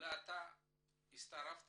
אולי הצטרפת